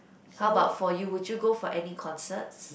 how about for you would you go for any concerts